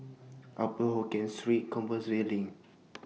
Upper Hokkien Street Compassvale LINK